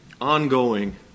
Ongoing